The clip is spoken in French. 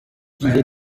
vivait